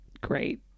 great